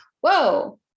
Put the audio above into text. whoa